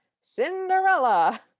cinderella